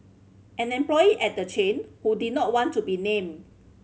an employee at the chain who did not want to be named